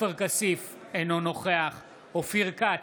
אינו נוכח אופיר כץ,